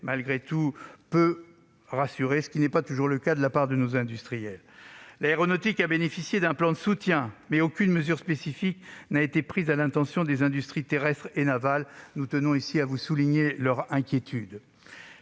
malgré tout rassurer, même si ce n'est pas toujours le sentiment de nos industriels. L'aéronautique a bénéficié d'un plan de soutien, mais aucune mesure spécifique n'a été prise à l'intention des industries terrestres et navales. Nous tenons à vous faire part de leur inquiétude.